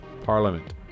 parliament